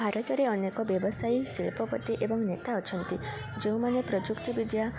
ଭାରତରେ ଅନେକ ବ୍ୟବସାୟୀ ଶିଳ୍ପପତି ଏବଂ ନେତା ଅଛନ୍ତି ଯେଉଁମାନେ ପ୍ରଯୁକ୍ତି ବିଦ୍ୟା